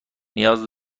نیاز